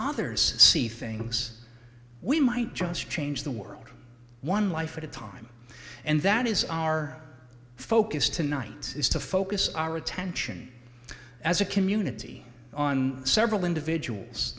others see things we might just change the world one life at a time and that is our focus tonight is to focus our attention as a community on several individuals